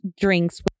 drinks